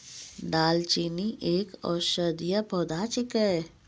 दालचीनी एक औषधीय पौधा छिकै